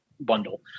bundle